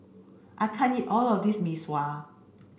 I can't eat all of this Mee Sua